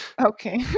Okay